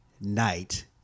night